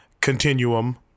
continuum